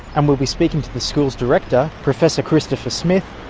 and will be speaking to the school's director, professor christopher smith,